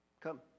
Come